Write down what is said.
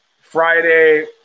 Friday